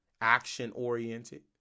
Action-oriented